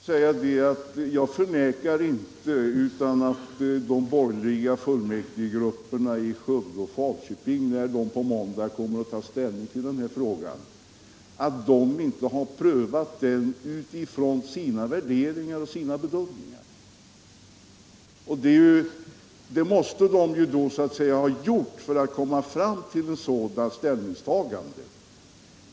Herr talman! Jag vill gärna säga att jag inte förnekar att de borgerliga fullmäktigegrupperna i Skövde och Falköping har prövat frågan utifrån sina värderingar och gjort sina bedömningar när de på måndag tar ställning till den.